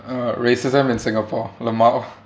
uh racism in singapore lmao